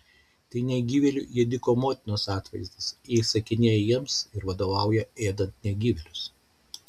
tai negyvėlių ėdikų motinos atvaizdas ji įsakinėja jiems ir vadovauja ėdant negyvėlius